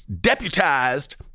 deputized